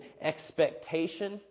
expectation